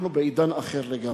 אנחנו בעידן אחר לגמרי.